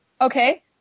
Okay